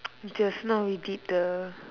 just now we did the